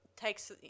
takes